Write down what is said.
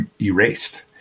erased